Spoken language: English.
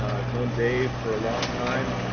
i've known dave for a long time.